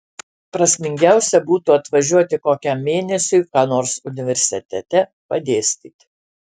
prasmingiausia būtų atvažiuoti kokiam mėnesiui ką nors universitete padėstyti